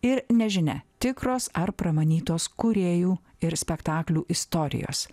ir nežinia tikros ar pramanytos kūrėjų ir spektaklių istorijos